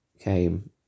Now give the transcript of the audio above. came